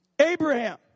Abraham